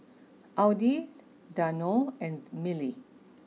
Audi Danone and Mili